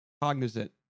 cognizant